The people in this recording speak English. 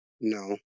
No